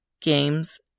Games